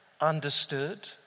understood